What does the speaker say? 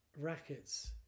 rackets